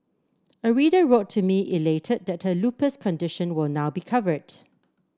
a reader wrote to me elated that her lupus condition will now be covered